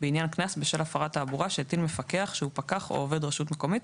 בעניין קנס בשל הפרת תעבורה שהטיל מפקח שהוא פקח או עובד רשות מקומית,